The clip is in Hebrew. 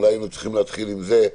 אולי היינו צריכים להתחיל בזה,